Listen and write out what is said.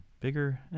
bigger